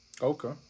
Okay